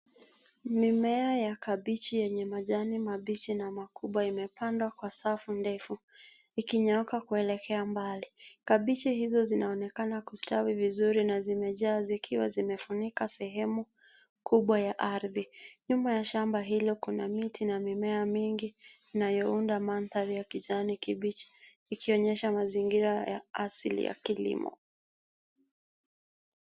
Mimea ya kabichi yenye majani mabichi na makubwa imepandwa kwa safu ndefu, ikinyooka kuelekea mbali. Kabichi hizo zinaonekana kustawi vizuri na zimejaa, zikiwa zimefunika sehemu kubwa ya ardhi. Nyuma ya shamba hilo, kuna miti na mimea mingi inayounda mandhari ya kijani kibichi, ikionyesha mazingira ya asili ya kilimo.